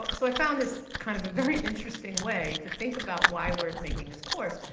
so i found this kind of a very interesting way to think about why we're making this course.